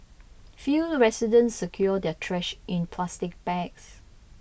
few residents secured their trash in plastic bags